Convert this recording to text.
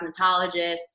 cosmetologist